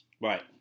Right